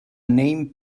named